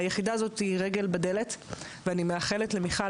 הוועדה הזאת היא רגל בדלת ואני מאחלת למיכל